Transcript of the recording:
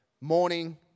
Morning